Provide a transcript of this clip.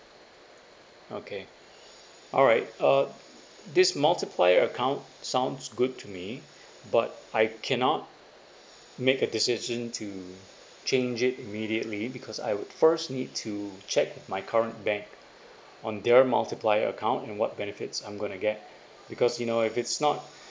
okay alright uh this multiplier account sounds good to me but I cannot make a decision to change it immediately because I would first need to check my current bank on their multiplier account and what benefits I'm going to get because you know if it's not